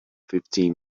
fifteen